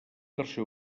tercer